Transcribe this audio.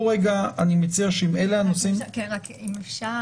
אני מציע שאם אלה הנושאים --- אם אפשר,